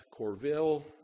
Corville